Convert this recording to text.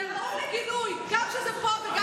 זה ראוי לגינוי, גם כשזה פה וגם כשזה שם.